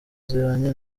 zibanye